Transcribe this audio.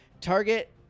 Target